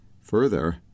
further